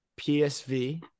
PSV